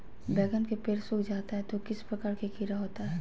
बैगन के पेड़ सूख जाता है तो किस प्रकार के कीड़ा होता है?